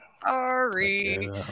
Sorry